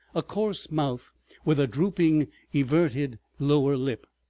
a coarse mouth with a drooping everted lower lip,